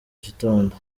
gitondo